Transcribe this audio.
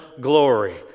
glory